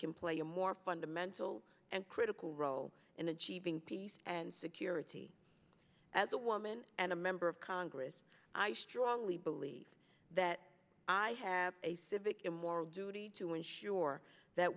can play a more fundamental and critical role in achieving peace and security at the woman and a member of congress i strongly believe that i have a civic in moral duty to ensure that